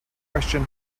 question